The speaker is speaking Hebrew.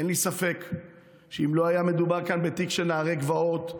אין לי ספק שאם לא היה מדובר כאן בתיק של נערי גבעות,